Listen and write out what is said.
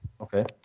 Okay